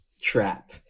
trap